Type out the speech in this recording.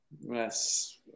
Yes